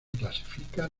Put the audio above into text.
clasifica